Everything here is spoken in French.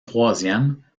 troisième